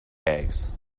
eggs